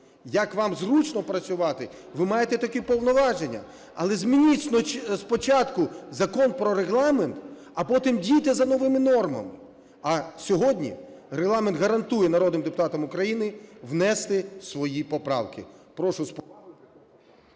як вам зручно працювати, ви маєте такі повноваження. Але змініть спочатку Закон про Регламент, а потім дійте за новими нормами. А сьогодні Регламент гарантує народним депутатам України внести свої поправки.